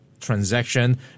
transaction